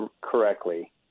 correctly